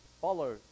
follow